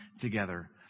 together